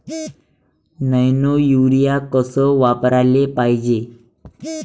Nano urea कस वापराले पायजे?